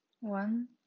one